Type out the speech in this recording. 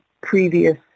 previous